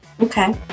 Okay